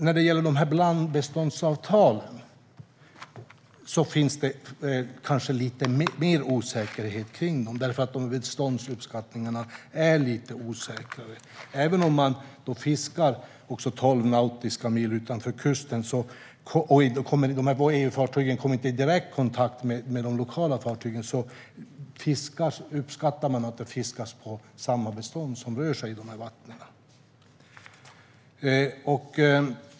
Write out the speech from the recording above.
När det gäller blandbeståndsavtalen finns det kanske lite mer osäkerhet kring dem. De beståndsuppskattningarna är lite osäkrare. Även om man fiskar tolv nautiska mil utanför kusten och EU-fartygen inte kommer i direkt kontakt med de lokala fartygen uppskattar man att det fiskas på samma bestånd som rör sig i vattnen.